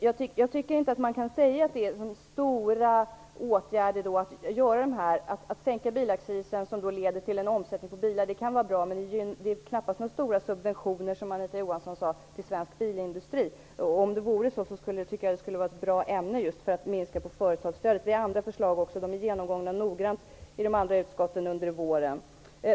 Jag tycker inte att man kan säga att det innebär att man vidtar stora åtgärder genom att sänka bilaccisen, vilket leder till en ökad omsättning av bilar. Det är knappast några stora subventioner, som Anita Johansson sade, till svensk bilindustri. Om det vore så skulle det vara ett bra ämne för att minska företagsstödet. Vi har även andra förslag. De blev noggrant genomgångna i de andra utskotten under våren.